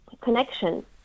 connection